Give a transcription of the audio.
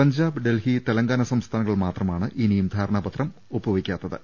പഞ്ചാബ് ഡെൽഹി തെലങ്കാന സംസ്ഥാനങ്ങൾ മാത്രമാണ് ഇനിയും ധാരണാപത്രം ഒപ്പിടാത്തത്